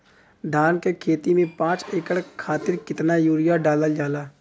धान क खेती में पांच एकड़ खातिर कितना यूरिया डालल जाला?